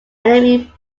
enemy